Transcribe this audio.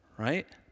Right